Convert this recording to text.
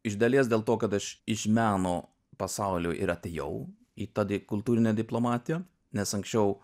iš dalies dėl to kad aš iš meno pasaulio ir atėjau į tą kultūrinę diplomatiją nes anksčiau